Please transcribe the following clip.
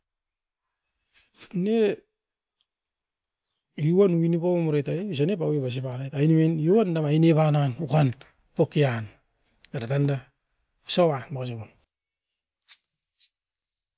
Aine, i uan unipom uretai, usanep aui basi parait, ainemin iu uan aini van nan ukan pokian. Era tan da, osau a misin.